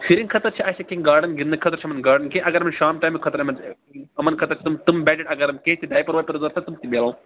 شُریٚن خٲطرٕ چھِ اسہِ کیٚنٛہہ گاڈَن گِنٛدنہٕ خٲطرٕ چھُ یِمَن گاڈَن کیٚنٛہہ اگر نہٕ شام ٹایِمہٕ خٲطرٕ یِمن یِمن خٲطرٕ تِم تِم بیٚڈِڈ اگر کیٚنٛہہ تہِ ڈایِپَر وایِپَر ضرَوٗرت تِم تہِ میلَن